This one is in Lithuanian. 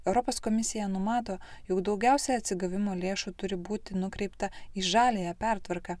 europos komisija numato jog daugiausiai atsigavimo lėšų turi būti nukreipta į žaliąją pertvarką